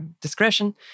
discretion